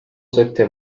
sette